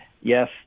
Yes